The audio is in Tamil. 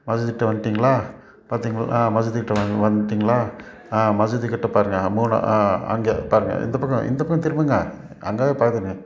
மசூதிகிட்ட வந்துட்டிங்களா பார்த்தீங்கள் ஆ மசூதி கிட்டே வாங்க வந்துட்டிங்களா ஆ மசூதி கிட்டே பாருங்க ஆ மூணா ஆ அங்கே பாருங்க இந்த பக்கம் இந்த பக்கம் திரும்புங்க அங்கே தான் பாருங்க